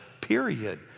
period